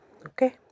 okay